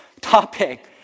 topic